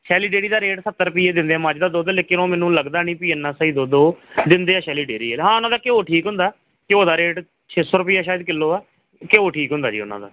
ਸ਼ੈਲੀ ਡੇਅਰੀ ਦਾ ਰੇਟ ਸੱਤਰ ਰੁਪਈਏ ਦਿੰਦੇ ਮੱਝ ਦਾ ਦੁੱਧ ਲੇਕਿਨ ਉਹ ਮੈਨੂੰ ਲੱਗਦਾ ਨਹੀਂ ਵੀ ਇੰਨਾ ਸਹੀ ਦੁੱਧ ਉਹ ਦਿੰਦੇ ਆ ਸ਼ੈਲੀ ਡੇਅਰੀ ਹਾਂ ਉਹਨਾਂ ਦਾ ਘਿਓ ਠੀਕ ਹੁੰਦਾ ਘਿਓ ਦਾ ਰੇਟ ਛੇ ਸੌ ਰੁਪਈਏ ਸ਼ਾਇਦ ਕਿਲੋ ਆ ਘਿਓ ਠੀਕ ਹੁੰਦਾ ਜੀ ਉਹਨਾਂ ਦਾ